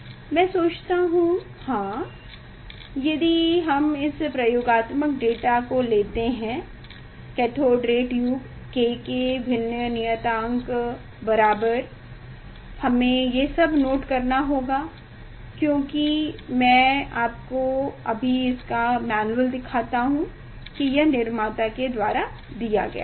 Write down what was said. मैं सोचता हूँ हाँ यदि अब हम प्रयोगात्मक डेटा लेते हैं कैथोड रे ट्यूब K के भिन्न नियतांक बराबर हमें ये सब नोट करना होगा क्योंकि मैं अभी आपको मैनुअल दिखाता हूं कि यह निर्माता के द्वारा दिया गया है